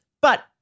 but-